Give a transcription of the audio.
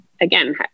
again